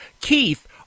Keith